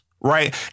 right